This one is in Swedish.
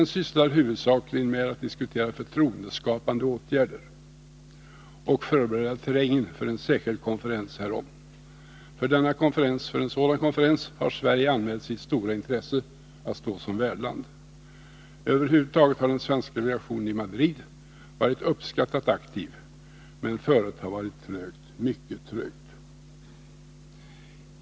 Den sysslar huvudsakligen med att diskutera förtroendeskapande åtgärder och förbereda terrängen för en särskild konferens härom. För en sådan konferens har Sverige anmält sitt stora intresse av att stå som värdland. Över huvud taget har den svenska delegationen i Madrid varit uppskattat aktiv men föret har varit trögt, mycket trögt.